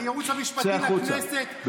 הייעוץ המשפטי לכנסת, צא החוצה.